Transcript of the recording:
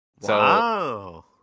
Wow